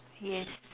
yes